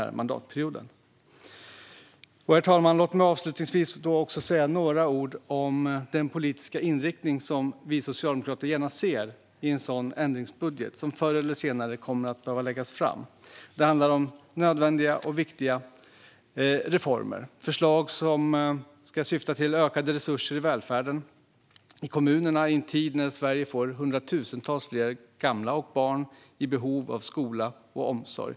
Låt mig avslutningsvis säga några ord om den politiska inriktning som vi socialdemokrater gärna ser i en sådan ändringsbudget, som förr eller senare kommer att behöva läggas fram. Det handlar om nödvändiga och viktiga reformer - förslag som syftar till ökade resurser i välfärden i kommunerna i en tid när Sverige får hundratusentals fler gamla och barn i behov av skola och omsorg.